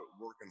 working